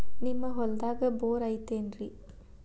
ನಿಮ್ಮ ಹೊಲ್ದಾಗ ಬೋರ್ ಐತೇನ್ರಿ?